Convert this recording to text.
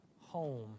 home